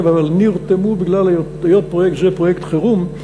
אבל נרתמו בגלל היות פרויקט זה פרויקט חירום.